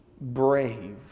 brave